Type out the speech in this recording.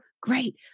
great